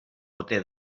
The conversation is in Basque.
ote